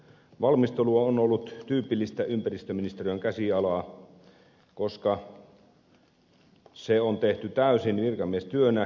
valmistelu on ollut tyypillistä ympäristöministeriön käsialaa koska se on tehty täysin virkamiestyönä